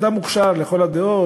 אדם מוכשר לכל הדעות,